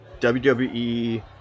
WWE